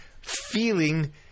feeling